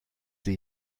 die